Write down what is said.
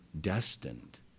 destined